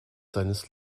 seines